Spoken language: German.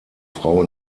frau